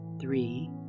three